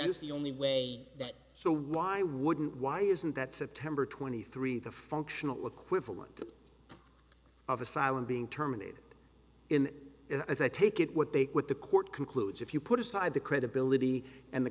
is the only way that so why wouldn't why isn't that september twenty three the functional equivalent of of asylum being terminated in as i take it what they quit the court concludes if you put aside the credibility and the